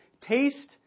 Taste